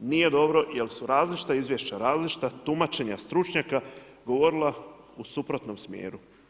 nije dobro jer su različita izvješća, različita tumačenja stručnjaka govorila u suprotnom smjeru.